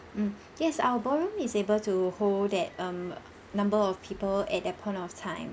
mm yes our ballroom is able to hold that um number of people at that point of time